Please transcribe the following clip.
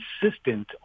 consistent